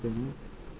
దానిని